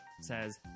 says